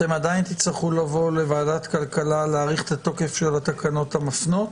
עדיין תצטרכו לבוא לוועדת הכלכלה להאריך את תוקף התקנות המפנות?